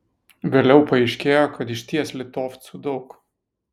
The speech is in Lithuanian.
vėliau paaiškėjo kad išties litovcų daug